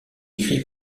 écrits